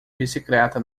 bicicleta